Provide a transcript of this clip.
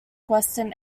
western